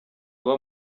aba